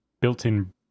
built-in